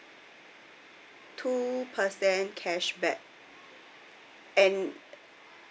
two percent cashback and